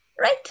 Right